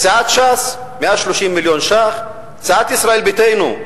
סיעת ש"ס, 130 מיליון ש"ח, סיעת ישראל ביתנו,